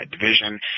division